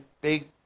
big